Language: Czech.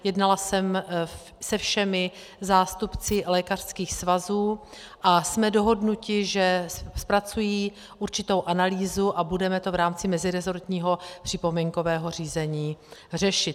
Jednala jsem se všemi zástupci lékařských svazů a jsme dohodnuti, že zpracují určitou analýzu, a budeme to v rámci meziresortního připomínkového řízení řešit.